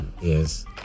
yes